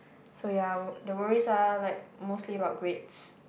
so ya the worries are like mostly about grades